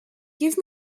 give